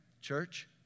church